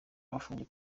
afungiye